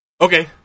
Okay